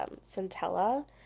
centella